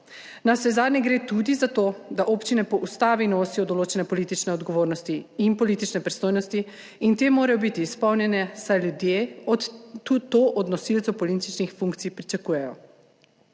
Navsezadnje gre tudi za to, da občine po ustavi nosijo določene politične odgovornosti in politične pristojnosti in te morajo biti izpolnjene, saj ljudje to od nosilcev političnih funkcij pričakujejo.